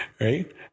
right